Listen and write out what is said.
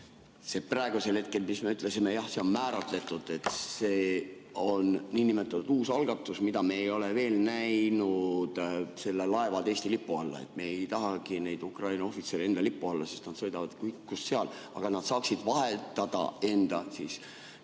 See praegu, mis me ütlesime, see on määratletud. See on niinimetatud uus algatus, mida me ei ole veel näinud. See "Laevad Eesti lipu alla" – me ei tahagi neid Ukraina ohvitsere enda lipu alla, sest nad sõidavad kus iganes, aga nad saaksid vahetada enda kas